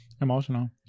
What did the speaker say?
Emotional